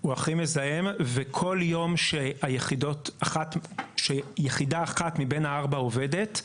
הוא הכי מזהם וכל יום שיחידה אחת מבין הארבע עובדת,